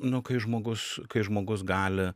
nu kai žmogus kai žmogus gali